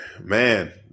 Man